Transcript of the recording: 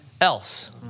else